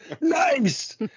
Nice